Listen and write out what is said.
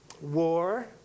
war